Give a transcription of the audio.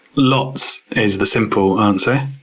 lots is the simple answer.